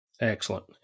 Excellent